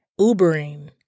Ubering